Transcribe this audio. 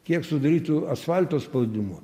kiek sudarytų asfalto spaudimo